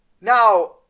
Now